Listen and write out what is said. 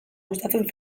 gustatzen